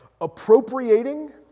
appropriating